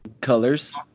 Colors